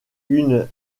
une